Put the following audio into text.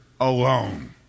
alone